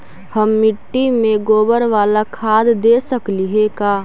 हम मिट्टी में गोबर बाला खाद दे सकली हे का?